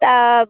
तऽ